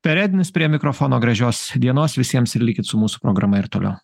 perednis prie mikrofono gražios dienos visiems ir likit su mūsų programa ir toliau